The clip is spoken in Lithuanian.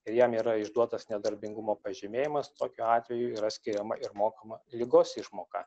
ir jam yra išduotas nedarbingumo pažymėjimas tokiu atveju yra skiriama ir mokama ligos išmoka